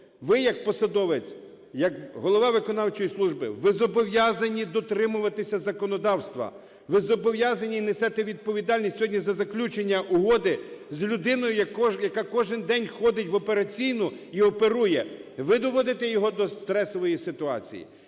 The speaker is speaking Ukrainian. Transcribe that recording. Ви як посадовець, як голова виконавчої служи, ви зобов'язані дотримуватися законодавства, ви зобов'язані і несете відповідальність сьогодні за заключення угоди з людиною, яка кожен день ходить в операційну і оперує. Ви доводите його до стресової ситуації.